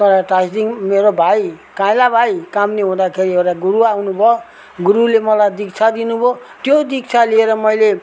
तर त्यसदेखि मेरो भाइ माइला काम्ने हुँदाखेरि एउटा गुरु आउनुभयो गुरुले मलाई दिक्षा दिनुभयो त्यो दिक्षा लिएर मैले